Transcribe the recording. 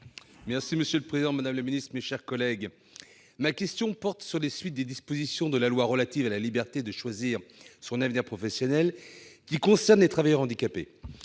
Monsieur le président, madame la ministre, mes chers collègues, ma question porte sur les suites des dispositions de la loi du 5 septembre 2018 pour la liberté de choisir son avenir professionnel concernant les travailleurs handicapés.